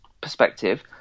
perspective